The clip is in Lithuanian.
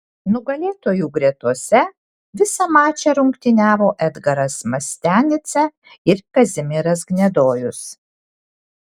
nugalėtojų gretose visą mačą rungtyniavo edgaras mastianica ir kazimieras gnedojus